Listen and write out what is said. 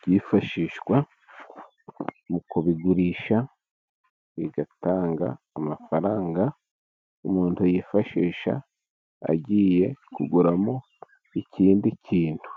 byifashishwa mu kubigurisha， bigatanga amafaranga umuntu yifashisha agiye kuguramo ikindi kintu.